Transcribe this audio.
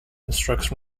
instructs